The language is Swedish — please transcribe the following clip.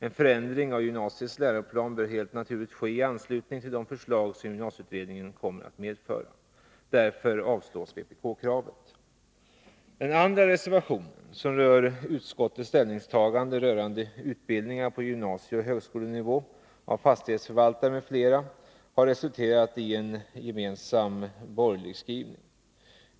En förändring av gymnasiets läroplan bör helt naturligt ske i anslutning till de förslag som gymnasieutredningen kommer att medföra. Därför avstyrks vpk-kravet. Utskottets ställningstagande rörande utbildningar på gymnasieoch högskolenivå för fastighetsförvaltare m.fl. har resulterat i en gemensam borgerlig reservation.